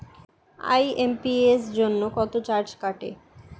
IMPS জন্য কত charge কাটে?